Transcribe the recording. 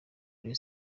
rayon